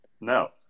No